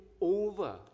over